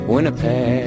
Winnipeg